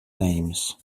names